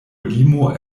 limo